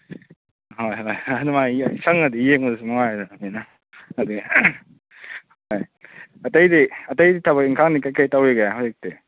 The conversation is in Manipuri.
ꯍꯣꯏ ꯍꯣꯏ ꯅꯨꯡꯉꯥꯏ ꯁꯪꯉꯗꯤ ꯌꯦꯡꯕꯗꯁꯨ ꯅꯨꯡꯉꯥꯏꯗꯅ ꯃꯤꯅ ꯑꯗꯨꯒꯤ ꯍꯣꯏ ꯑꯇꯩꯗꯤ ꯑꯇꯩꯗꯤ ꯊꯕꯛ ꯏꯪꯈꯥꯡꯗꯤ ꯀꯩꯀꯩ ꯇꯧꯔꯤꯒꯦ ꯍꯧꯖꯤꯛꯇꯤ